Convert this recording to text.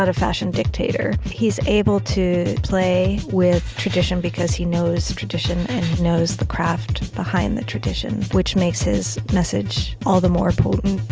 but fashion dictator. he's able to play with tradition because he knows tradition and knows the craft behind the tradition which makes his message all the more potent.